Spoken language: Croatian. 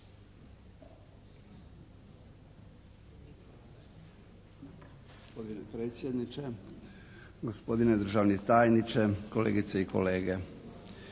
gospodine predsjedniče, štovani državni tajniče, kolegice i kolege.